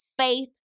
faith